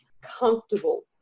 comfortable